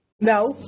No